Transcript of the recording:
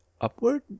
upward